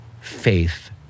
faith